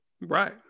Right